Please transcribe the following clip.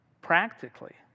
practically